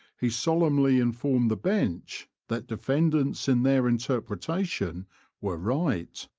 he solemnly informed the bench that defendants in their interpretation were right.